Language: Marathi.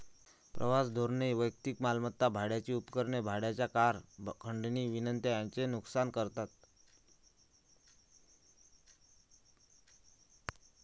प्रवास धोरणे वैयक्तिक मालमत्ता, भाड्याची उपकरणे, भाड्याच्या कार, खंडणी विनंत्या यांचे नुकसान करतात